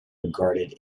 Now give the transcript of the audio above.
regarded